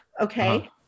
okay